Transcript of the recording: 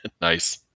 Nice